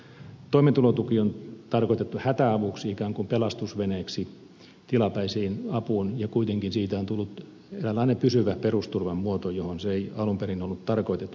toimeentulotuki on tarkoitettu hätäavuksi ikään kuin pelastusveneeksi tilapäiseen apuun ja kuitenkin siitä on tullut eräänlainen pysyvä perusturvan muoto jollaiseksi se ei alunperin ollut tarkoitettu